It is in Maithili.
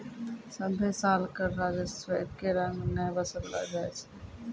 सभ्भे साल कर राजस्व एक्के रंग नै वसूललो जाय छै